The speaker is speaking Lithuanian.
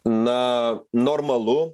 na normalu